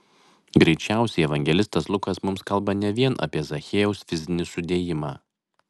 greičiausiai evangelistas lukas mums kalba ne vien apie zachiejaus fizinį sudėjimą